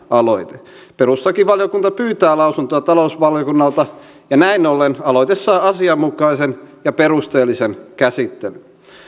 aloite perustuslakivaliokunta pyytää lausuntoa talousvaliokunnalta ja näin ollen aloite saa asianmukaisen ja perusteellisen käsittelyn